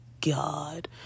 god